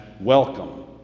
welcome